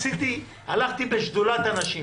הלכתי עם שדולת הנשים